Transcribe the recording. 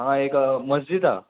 आ एक मसजीद आहा